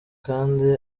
kandi